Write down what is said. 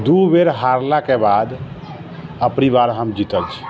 दू बेर हारलाके बाद अबरी बार हम जीतल छी